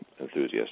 enthusiast